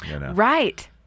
Right